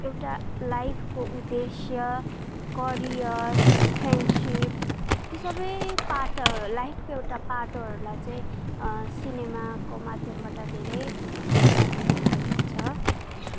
एउटा लाइफको उद्देश्य करियर फ्रेन्डसिप त्यो सबै पाटहरूलाई लाइफको एउटा पाटोहरूलाई चाहिँ सिनेमाको माध्यमबाट धेरै मजाले देखाएको छ